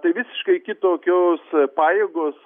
tai visiškai kitokios pajėgos